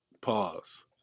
pause